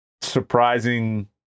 surprising